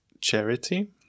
charity